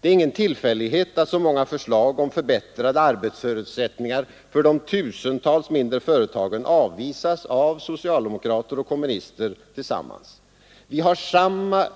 Det är ingen tillfällighet att så många förslag om förbättrade arbetsförutsättningar för de tusentals mindre företagen avvisas av socialdemokrater och kommunister tillsammans. Vi har samma